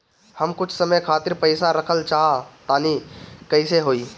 हम कुछ समय खातिर पईसा रखल चाह तानि कइसे होई?